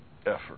effort